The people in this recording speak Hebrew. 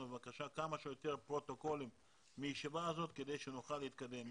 כמה שיותר פרוטוקולים מהישיבה הזאת כדי שנוכל להתקדם,